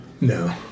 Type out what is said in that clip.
No